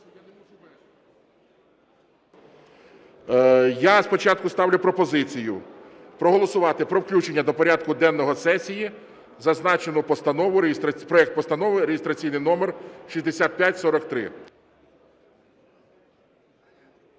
Я спочатку ставлю пропозицію проголосувати про включення до порядку денного сесії зазначену постанову, проект Постанови реєстраційний номер 6543.